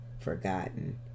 forgotten